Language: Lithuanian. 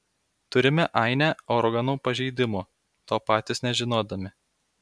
turime ainę organų pažeidimų to patys nežinodami